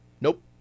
Nope